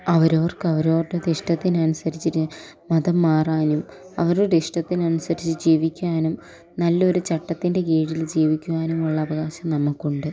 അവരോർക്ക് അവരോരുടെ ദ ഇഷ്ടത്തിനനുസരിച്ച് മതം മാറാനും അവരുടെ ഇഷ്ടത്തിനനുസരിച്ച് ജീവിക്കുവാനും നല്ലൊരു ചട്ടത്തിൻ്റെ കീഴിൽ ജീവിക്കുവാനുമുള്ള അവകാശം നമുക്ക് ഉണ്ട്